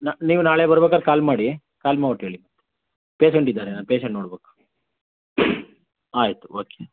ನ ನೀವು ನಾಳೆ ಬರ್ಬೇಕಾರೆ ಕಾಲ್ ಮಾಡಿ ಕಾಲ್ ಮಾಡ್ಬುಟ್ಟು ಹೇಳಿ ಪೇಶೆಂಟ್ ಇದ್ದಾರೆ ನಾನು ಪೇಶಂಟ್ ನೋಡ್ಬೇಕ್ ಆಯಿತು ಓಕೆ